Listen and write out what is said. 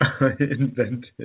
invented